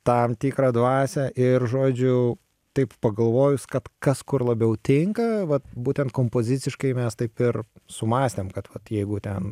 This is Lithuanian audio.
tam tikrą dvasią ir žodžiu taip pagalvojus kad kas kur labiau tinka vat būtent kompoziciškai mes taip ir sumąstėm kad vat jeigu ten